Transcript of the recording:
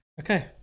okay